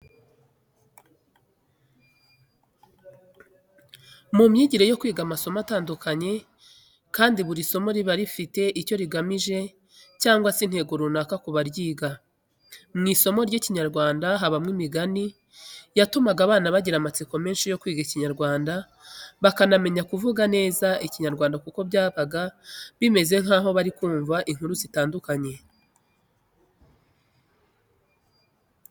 Mu myigire yo kwiga amasomo atandukanye kandi buri somo riba rifite icyo rigamije cyangwa se intego runaka kubaryiga. Mu isomo ry'ikinyarwanda habagamo imigani yatumaga abana bagira amatsiko menshi yo kwiga ikinyarwanda bakanamenya kuvuga neza ikinyarwanda kuko byaba bimeze nkaho bari kumva inkuru zitandukanye.